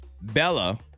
Bella